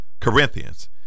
Corinthians